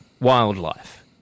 wildlife